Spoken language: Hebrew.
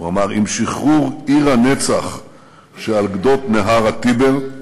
הוא אמר: עם שחרור עיר הנצח שעל גדות נהר הטיבר,